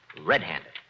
Red-handed